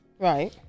Right